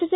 S